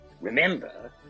Remember